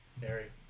Harry